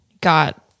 got